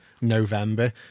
November